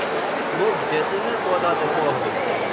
मोक जैतूनेर पौधा दखवा ह बे